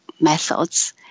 methods